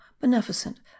beneficent